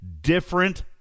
different